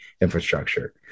infrastructure